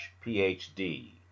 Ph.D